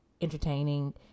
entertaining